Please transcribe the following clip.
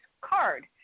card